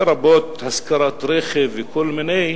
לרבות השכרת רכב וכל מיני,